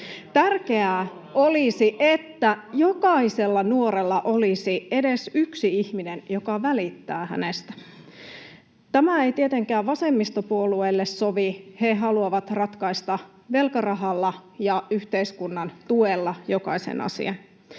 Tärkeätä olisi, että jokaisella nuorella olisi edes yksi ihminen, joka välittää hänestä. Tämä ei tietenkään vasemmistopuolueille sovi. He haluavat ratkaista velkarahalla ja yhteiskunnan tuella jokaisen asian.